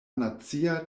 nacia